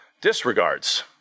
disregards